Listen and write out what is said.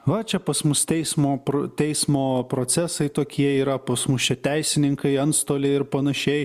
va čia pas mus teismo teismo procesai tokie yra pas mus čia teisininkai antstoliai ir panašiai